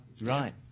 Right